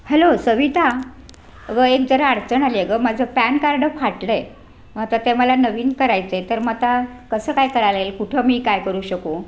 hello Savita अगं एक जरा अडचण आली आहे गं माझं पॅन कार्ड फाटलं आहे मग आता ते मला नवीन करायचं आहे तर मग आता कसं काय करायला येईल कुठं मी काय करू शकू